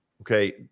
Okay